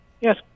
Yes